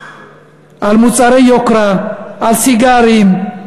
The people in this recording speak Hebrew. על מוצרי יוקרה, על סיגרים,